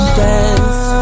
dance